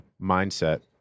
mindset